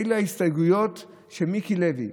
אלו ההסתייגויות שמיקי לוי,